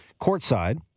courtside